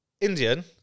Indian